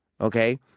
Okay